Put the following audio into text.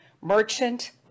Merchant